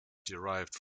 derived